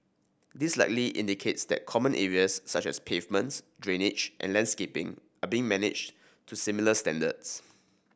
this likely indicates that common areas such as pavements drainage and landscaping are being managed to similar standards